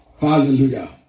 Hallelujah